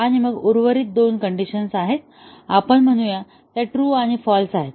आणि मग उर्वरित दोन कंडिशन आहेत आपण म्हणूया त्या ट्रू आणि फाल्स आहेत